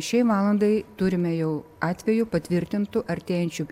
šiai valandai turime jau atvejų patvirtintų artėjančių